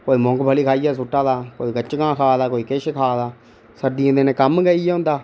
कोई मुंगफली खाइयै सुट्टा दा कोई गच्चकां खा दा कोई किश खा दा सर्दियें च कम्म गै इयै होंदा